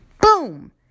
Boom